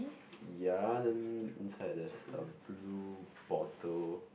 ya then inside there's a blue bottle